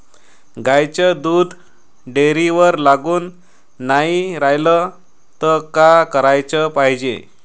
गाईचं दूध डेअरीवर लागून नाई रायलं त का कराच पायजे?